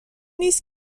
نیست